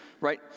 right